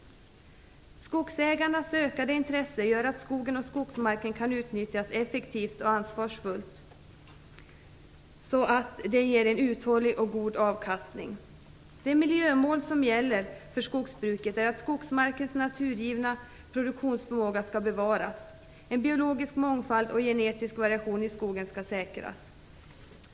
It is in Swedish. Skogsägarnas ökade intresse gör att skogen och skogsmarken kan utnyttjas effektivt och ansvarsfullt så att den ger en uthållig och god avkastning. Det miljömål som gäller för skogsbruket är att skogsmarkens naturgivna produktionsförmåga skall bevaras. Biologisk mångfald och genetisk variation i skogen skall säkras.